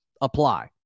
apply